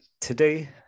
Today